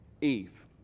Eve